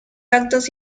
actos